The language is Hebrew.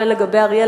הן לגבי אריאל,